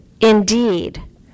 indeed